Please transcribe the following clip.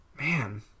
man